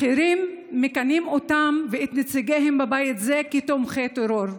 אחרים מכנים אותם ואת נציגיהם בבית זה תומכי טרור,